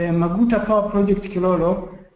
and maguta power project kilolo,